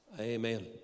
Amen